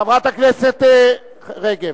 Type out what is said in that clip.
חברת הכנסת רגב.